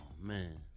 man